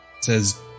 says